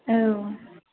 औ